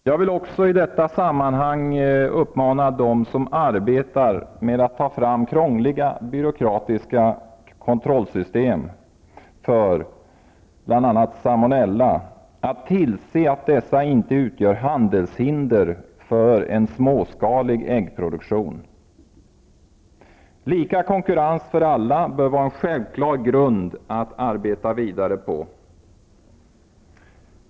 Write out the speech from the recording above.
Jag vill också i det här sammanhanget uppmana dem som arbetar med att ta fram krångliga byråkratiska kontrollsystem för bl.a. salmonella att tillse att dessa inte utgör handelshinder för en småskalig äggproduktion. Lika konkurrens för alla bör vara en självklar grund att arbeta vidare på.